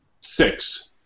Six